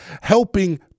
helping